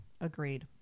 agreed